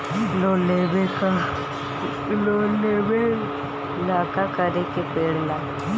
Loan लेबे ला का करे के पड़े ला?